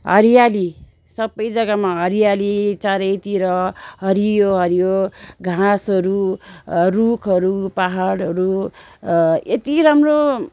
हरियाली सबै जग्गामा हरियाली चारैतिर हरियो हरियो घाँसहरू रूखहरू पहाडहरू यति राम्रो